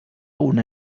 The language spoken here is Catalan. una